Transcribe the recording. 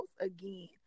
again